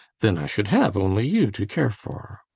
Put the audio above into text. then i should have only you to care for.